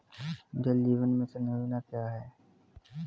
जल जीवन मिशन योजना क्या है?